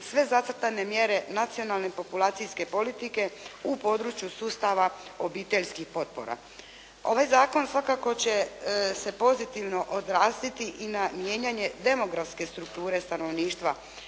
sve zacrtane mjere nacionalne populacijske politike u području sustava obiteljskih potpora. Ovaj zakon svakako će se pozitivno odraziti i na mijenjanje demografske strukture stanovništva